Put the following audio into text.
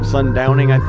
Sundowning